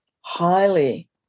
highly